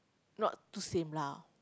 not too same lah